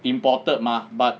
imported mah but